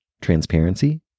transparency